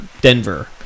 Denver